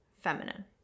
feminine